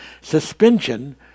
Suspension